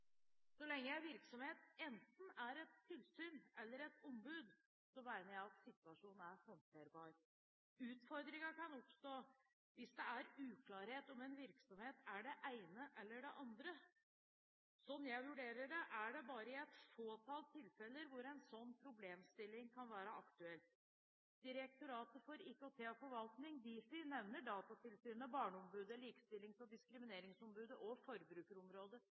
Så lenge en virksomhet enten er et tilsyn eller et ombud, mener jeg at situasjonen er håndterbar. Utfordringene kan oppstå hvis det er uklarhet om en virksomhet er det ene eller det andre. Slik jeg vurderer det, er det bare i et fåtall tilfeller en slik problemstilling kan være aktuell. Direktoratet for IKT og forvaltning, Difi, nevner Datatilsynet, barneombudet, likestillings- og diskrimineringsombudet og